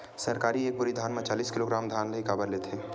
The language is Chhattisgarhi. सरकार एक बोरी धान म चालीस किलोग्राम धान ल ही काबर लेथे?